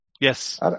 Yes